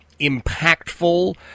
impactful